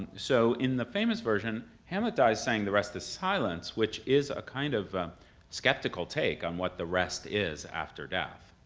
so in the famous version, hamlet dies saying the rest is silence, which is a kind of skeptical take on what the rest is after death.